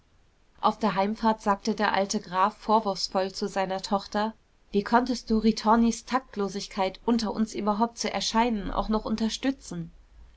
auf der heimfahrt sagte der alte graf vorwurfsvoll zu seiner tochter wie konntest du ritornis taktlosigkeit unter uns überhaupt zu erscheinen auch noch unterstützen